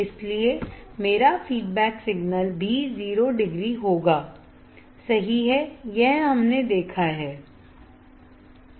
इसलिए मेरा feedback signal भी 0 डिग्री होगा सही है यह हमने देखा है